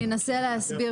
אני אנסה להסביר.